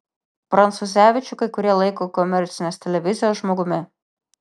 prancūzevičių kai kurie laiko komercinės televizijos žmogumi